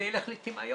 זה ילך לטמיון.